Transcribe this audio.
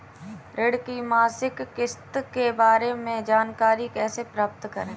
ऋण की मासिक किस्त के बारे में जानकारी कैसे प्राप्त करें?